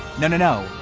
no and no.